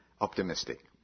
optimistic